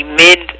mid